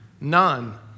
None